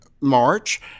March